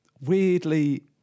weirdly